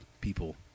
people